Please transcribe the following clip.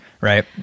Right